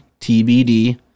TBD